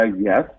yes